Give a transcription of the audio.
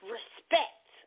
Respect